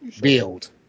Build